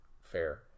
fair